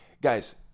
guys